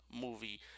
movie